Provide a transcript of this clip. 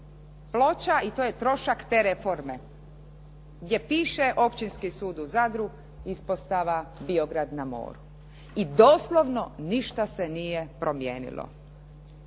Ploča i to je trošak te reforme gdje piše općinski sud u Zadru, ispostava Biograd na moru i doslovno ništa se nije promijenilo.